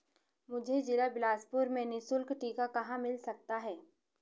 मुझे ज़िला बिलासपुर में निःशुल्क टीका कहाँ मिल सकता है